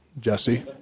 Jesse